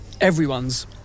everyone's